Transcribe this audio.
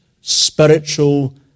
spiritual